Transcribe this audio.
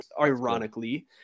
ironically